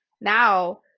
now